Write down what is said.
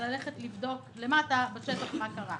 אלא ללכת לבדוק בשטח מה קרה.